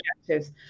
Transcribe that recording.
objectives